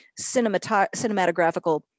cinematographical